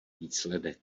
výsledek